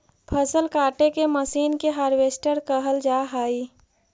फसल काटे के मशीन के हार्वेस्टर कहल जा हई